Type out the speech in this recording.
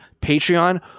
Patreon